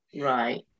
Right